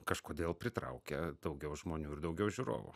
kažkodėl pritraukia daugiau žmonių ir daugiau žiūrovų